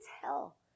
tell